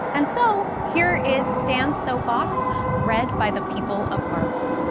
and so, here is stan's soapbox read by the people of marvel.